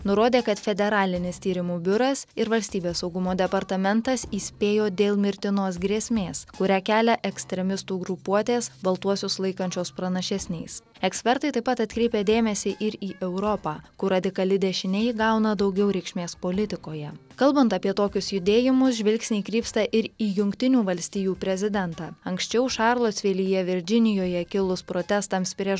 nurodė kad federalinis tyrimų biuras ir valstybės saugumo departamentas įspėjo dėl mirtinos grėsmės kurią kelia ekstremistų grupuotės baltuosius laikančios pranašesniais ekspertai taip pat atkreipia dėmesį ir į europą kur radikali dešinė įgauna daugiau reikšmės politikoje kalbant apie tokius judėjimus žvilgsniai krypsta ir į jungtinių valstijų prezidentą anksčiau šarlotsvilyje virdžinijoje kilus protestams prieš